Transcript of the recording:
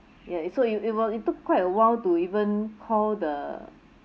ya it so it were it were it took quite awhile to even call the